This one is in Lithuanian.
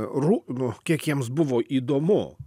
ru kiek jiems buvo įdomu